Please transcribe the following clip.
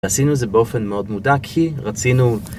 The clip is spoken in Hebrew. עשינו זה באופן מאוד מודע כי רצינו